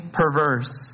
perverse